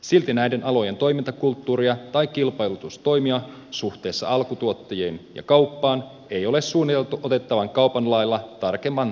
silti näiden alojen toimintakulttuuria tai kilpailutustoimia suhteessa alkutuottajiin ja kauppaan ei ole suunniteltu otettavan kaupan lailla tarkemman tarkastelun piiriin